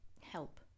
help